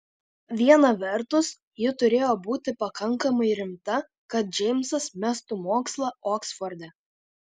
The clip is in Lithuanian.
viena vertus ji turėjo būti pakankamai rimta kad džeimsas mestų mokslą oksforde